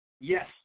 Yes